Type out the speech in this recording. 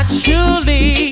truly